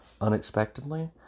unexpectedly